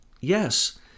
yes